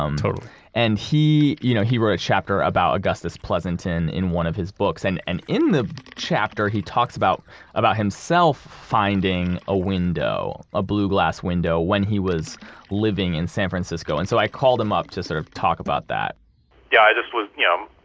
um totally and he you know he wrote a chapter about augustus pleasanton in one of his books. and and in the chapter, he talks about about himself finding a window, a blue glass window, when he was living in san francisco. and so i called him up to sort of talk about that yeah. i was, you know,